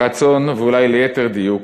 הרצון, ואולי ליתר דיוק הניסיון,